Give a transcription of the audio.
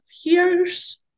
years